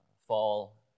fall